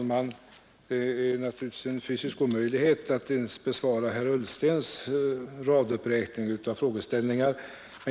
Herr talman! Det är naturligtvis en fysisk omöjlighet att ens besvara herr Ullstens raduppräkningar av frågeställningar.